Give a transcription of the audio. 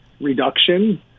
reduction